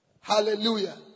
Hallelujah